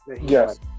yes